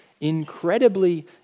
incredibly